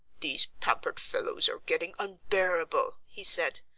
these pampered fellows are getting unbearable. he said.